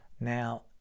Now